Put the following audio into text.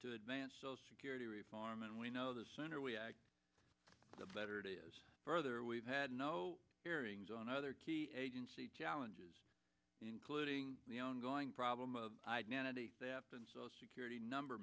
to advance security reform and we know the sooner we act the better it is further we've had no hearings on other key challenges including the own going problem of identity theft and social security number